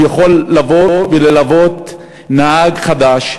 הוא יכול לבוא וללוות נהג חדש,